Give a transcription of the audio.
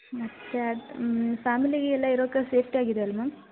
ಮತ್ತೆ ಅದು ಫ್ಯಾಮಿಲಿಗೆ ಎಲ್ಲ ಇರೋಕೆ ಸೇಫ್ಟಿ ಆಗಿದೆ ಅಲ್ಲವಾ ಮ್ಯಾಮ್